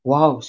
Wow